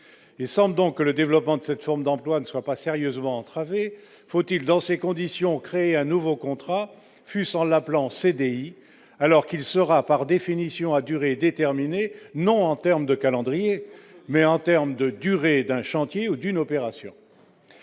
il semble donc que le développement de cette forme d'emploi ne soit pas sérieusement entravée, faut-il dans ces conditions, créer un nouveau contrat, fusse en l'appelant CDI alors qu'il sera par définition à durée déterminée non en terme de calendrier, mais en terme de durée d'un chantier ou d'une opération,